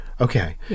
Okay